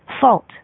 fault